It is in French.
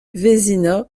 vézina